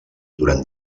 durant